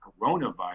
coronavirus